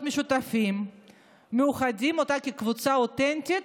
משותפים המייחדים אותה כקבוצה אותנטית